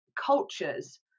cultures